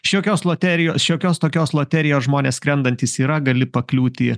šiokios loterijo šiokios tokios loterijos žmonės skrendantys yra gali pakliūti į